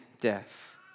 death